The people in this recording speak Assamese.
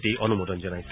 প্ৰতি অনুমোদন জনাইছে